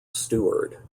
steward